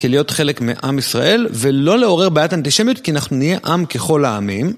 כלהיות חלק מעם ישראל, ולא לעורר בעיית אנטישמיות כי אנחנו נהיה עם ככל העמים.